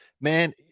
man